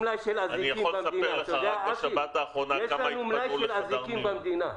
אני יכול לספר לך -- יש לנו מלאי של אזיקים במדינה.